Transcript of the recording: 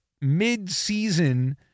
mid-season